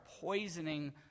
poisoning